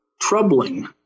troubling